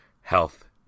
health